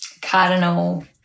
cardinal